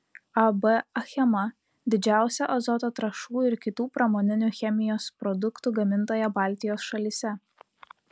ab achema didžiausia azoto trąšų ir kitų pramoninių chemijos produktų gamintoja baltijos šalyse